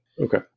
Okay